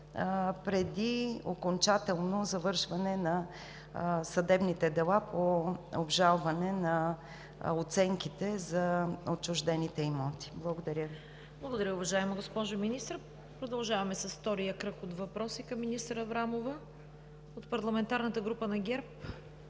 преди окончателното завършване на съдебните дела по обжалване на оценките за отчуждените имоти. Благодаря Ви. ПРЕДСЕДАТЕЛ ЦВЕТА КАРАЯНЧЕВА: Благодаря, уважаема госпожо Министър. Продължаваме с втория кръг от въпроси към министър Аврамова. От парламентарната група на ГЕРБ